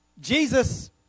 Jesus